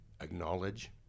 Acknowledge